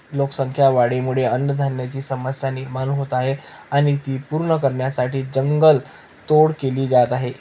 लोकसंख्या वाढीमुळे अन्नधान्याची समस्या निर्माण होत आहे आणि ती पूर्ण करण्यासाठी जंगल तोड केली जात आहे